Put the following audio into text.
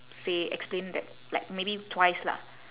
say explain that like maybe twice lah